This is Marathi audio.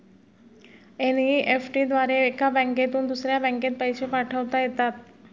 एन.ई.एफ.टी द्वारे एका बँकेतून दुसऱ्या बँकेत पैसे पाठवता येतात